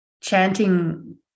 chanting